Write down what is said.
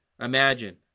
imagine